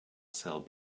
sell